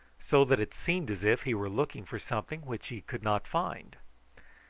so that it seemed as if he were looking for something which he could not find.